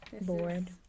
Bored